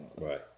Right